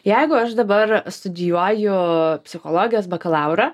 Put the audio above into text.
jeigu aš dabar studijuoju psichologijos bakalaurą